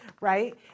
right